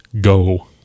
go